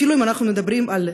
אפילו אם מדברים על קמח,